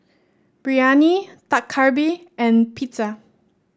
Biryani Dak Galbi and Pizza